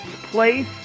place